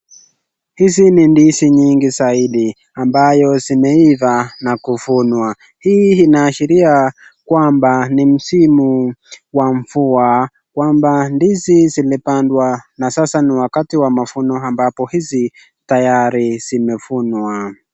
Hizi ni ndizi nyingi zaidi ambayo zimeiva na kuvunwa. Hii inaashiria kwamba ni msimu wa mvua, kwamba ndizi zimepandwa na sasa ni wakati wa mavuno ambapo hizi tayari zimevunwa.